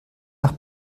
nach